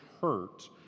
hurt